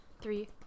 Three